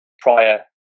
prior